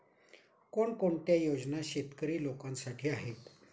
कोणकोणत्या योजना शेतकरी लोकांसाठी आहेत?